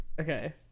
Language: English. Okay